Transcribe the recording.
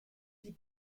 die